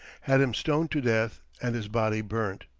had him stoned to death, and his body burnt.